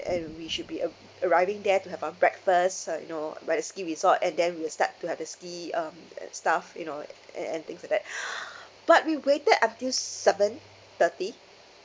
and we should be a~ arriving there to have our breakfast uh you know by the ski resort and then we'll start to have the ski um and stuff you know a~ and and things like that but we waited until seven thirty